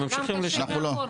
הם ממשיכים לשלם,